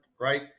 right